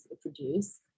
produce